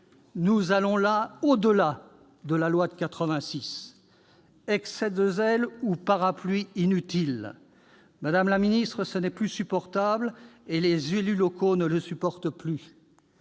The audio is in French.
Nous allons là au-delà de la loi de 1986. Excès de zèle ou parapluie inutile ? Madame la secrétaire d'État, cela n'est plus supportable et les élus locaux ne le supportent plus.